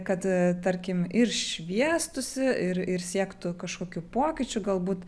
kad a tarkim ir šviestųsi ir ir siektų kažkokių pokyčių galbūt